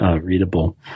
readable